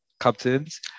captains